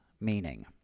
meaning